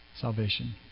Salvation